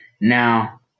Now